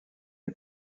est